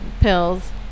pills